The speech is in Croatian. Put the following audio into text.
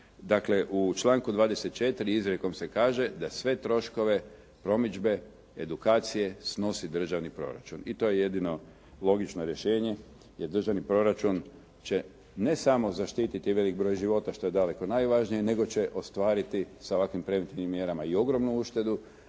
dakle u članku 24. izrijekom se kaže da sve troškove promidžbe, edukacije snosi državni proračun i to je jedino logično rješenje, jer državni proračun će ne samo zaštititi veliki broj života što je daleko najvažnije nego će ostvariti sa ovakvim preventivnim mjerama i ogromnu uštedu.